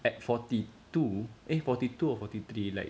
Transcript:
at forty two eh forty two or forty three like